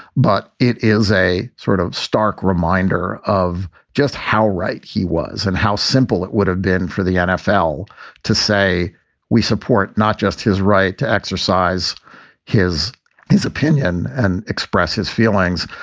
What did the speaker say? but it is a sort of stark. finder of just how right he was and how simple it would have been for the nfl to say we support not just his right to exercise his his opinion and express his feelings,